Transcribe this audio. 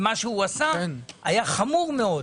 ומה שהוא עשה, היה חמור מאוד.